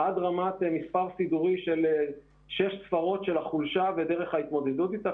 עד רמת מספר סידורי של שש ספרות של החולשה ודרך התמודדות איתה.